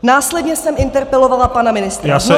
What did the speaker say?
Následně jsem interpelovala pana ministra znovu